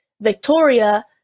Victoria